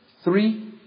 three